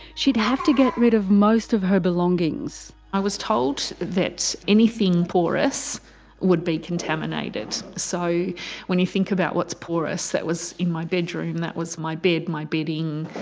she'd have to get rid of most of her belongings. i was told that anything anything porous would be contaminated. so when you think about what's porous that was in my bedroom that was my bed, my bedding,